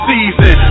Season